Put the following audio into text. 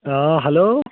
آ ہٮ۪لو